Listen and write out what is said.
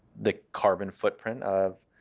the carbon footprint of